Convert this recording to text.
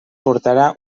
portarà